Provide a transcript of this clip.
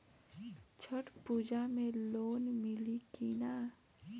छठ पूजा मे लोन मिली की ना?